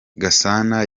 gasana